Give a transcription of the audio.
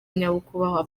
nyakubahwa